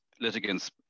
litigants